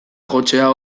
jotzea